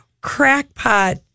crackpot